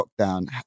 lockdown